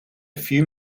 few